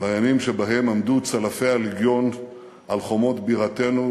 לימים שבהם עמדו צלפי הלגיון על חומות בירתנו.